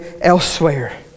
elsewhere